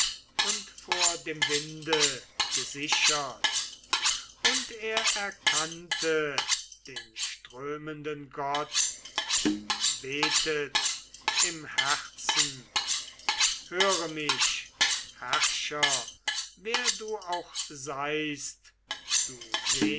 und vor dem winde gesichert und er erkannte den strömenden gott und betet im herzen höre mich herrscher wer du auch seist du